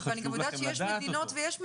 ואני גם יודעת שיש מדינות ויש מדינות,